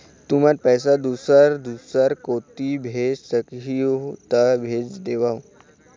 तुमन पैसा दूसर दूसर कोती भेज सखीहो ता भेज देवव?